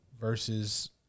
versus